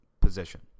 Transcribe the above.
position